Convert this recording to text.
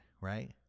right